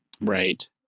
Right